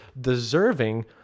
deserving